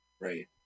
Right